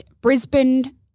Brisbane